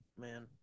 Man